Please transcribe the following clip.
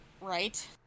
right